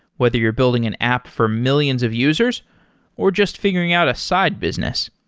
whether you're building an app for millions of users or just figuring out a side business.